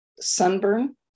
sunburn